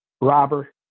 robber